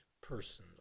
person